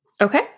Okay